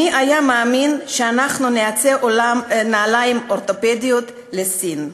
מי היה מאמין שאנחנו נייצר נעליים אורתופדיות לסין?